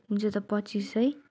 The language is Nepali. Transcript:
हुन्छ त पच्चिस है